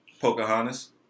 Pocahontas